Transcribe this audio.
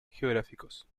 geográficos